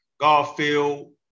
Garfield